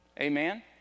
Amen